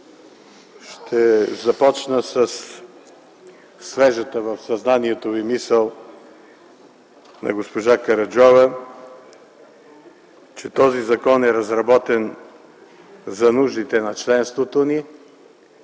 Ще започна със свежата в съзнанието ви мисъл на госпожа Караджова, че този закон е разработен за нуждите на членството ни